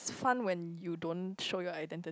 it's fun when you don't show your identity